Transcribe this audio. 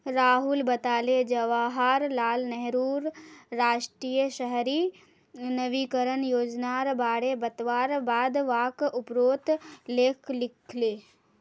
राहुल बताले जवाहर लाल नेहरूर राष्ट्रीय शहरी नवीकरण योजनार बारे बतवार बाद वाक उपरोत लेख लिखले